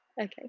Okay